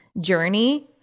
journey